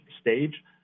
stage